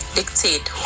dictate